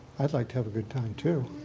i'd like to have a good time, too.